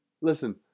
Listen